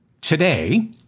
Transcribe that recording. today